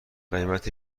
قیمت